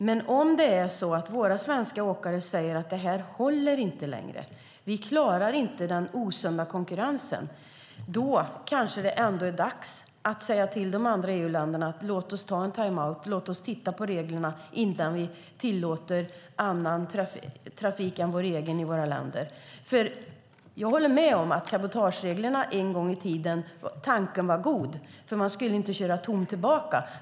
Men om våra svenska åkare säger att detta inte håller längre och att de inte klarar den osunda konkurrensen är det kanske ändå dags att säga till de andra EU-länderna: Låt oss ta en timeout. Låt oss titta på reglerna innan vi tillåter annan trafik än vår egen i våra länder. Jag håller med om att tanken med cabotagereglerna var god en gång i tiden. Man skulle inte köra tom tillbaka.